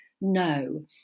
no